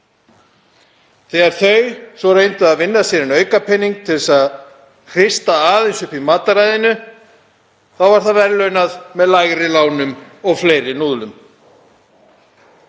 þegar þau svo reyndu að vinna sér inn aukapening til að hrista aðeins upp í mataræðinu þá var það verðlaunað með lægri lánum og fleiri núðlum.